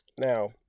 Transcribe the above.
Now